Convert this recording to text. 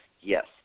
yes